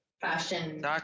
fashion